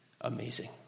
amazing